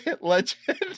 legend